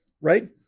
right